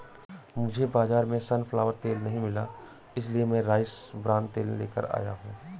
मुझे बाजार में सनफ्लावर तेल नहीं मिला इसलिए मैं राइस ब्रान तेल लेकर आया हूं